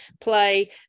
play